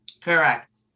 Correct